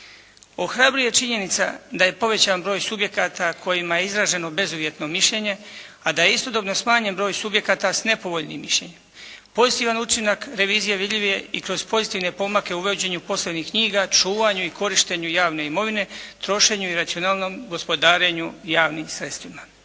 Ohrabruje činjenica da je povećan broj subjekata kojima je izraženo bezuvjetno mišljenje a da je istodobno smanjen broj subjekata s nepovoljnim mišljenjem. Pozitivan učinak revizije vidljiv je i kroz pozitivne pomake u vođenju poslovnih knjiga, čuvanju i korištenju javne imovine, trošenju i racionalnom gospodarenju javnim sredstvima.